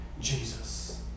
Jesus